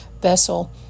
vessel